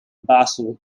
basel